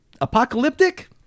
apocalyptic